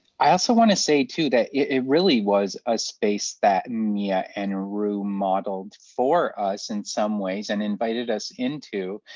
i also wanna say, too, that it really was a space that and mia and roo modeled for us, in some ways, and invited us into,